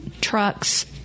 trucks